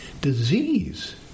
disease